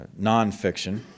nonfiction